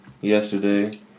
yesterday